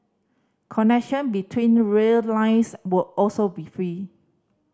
connection between rail lines will also be free